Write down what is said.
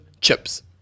chips